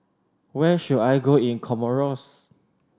where should I go in Comoros